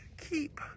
keep